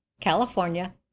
california